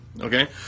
okay